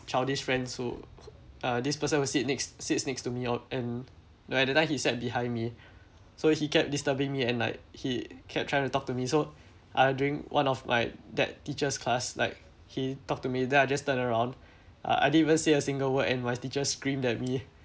childish friends who uh this person will sit next sits next to me or and the other guy he sat behind me so he kept disturbing me and like he kept trying to talk to me so uh during one of my that teacher's class like he talk to me then I'll just turn around I I didn't even say a single word and my teacher screamed at me